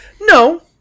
no